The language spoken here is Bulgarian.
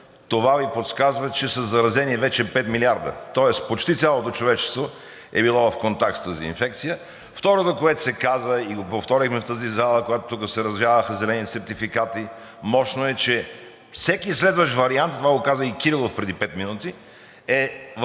това Ви подсказва, че са заразени вече 5 милиарда, тоест почти цялото човечество е било в контакт с тази инфекция. Второто, което се каза и го повторихме в тази зала, когато тук се развяваха зелени сертификати мощно, е, че всеки следващ вариант – това го каза и Кирилов преди пет минути, е в пъти